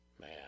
Man